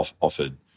offered